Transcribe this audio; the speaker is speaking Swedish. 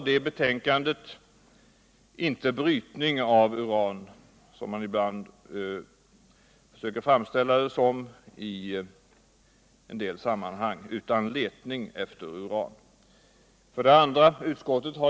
Det betänkandet rör inte brytningen av uran, vilket man ibland försöker framställa det som i en del sammanhang, utan letning efter utan. 3.